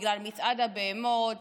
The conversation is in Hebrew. בגלל מצעד הבהמות,